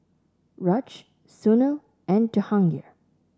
Raj Sunil and Jehangirr